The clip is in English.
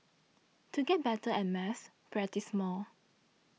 to get better at maths practise more